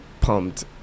pumped